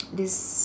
this